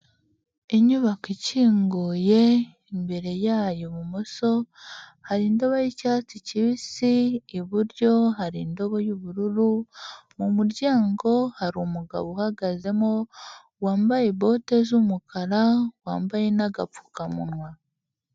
Inyubako ikinguye, imbere yayo ibumoso hari indobo y'cyatsi kibisi, iburyo hari indobo y'ubururu, mu muryango hari umugabo uhagazemo wambaye bote z'umukara wambaye n'agapfukamunwa.